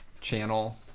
channel